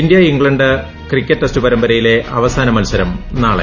India England cricket test പരമ്പരയിലെ അവസാന മൽസരം നാളെ